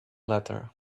letter